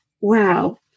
Wow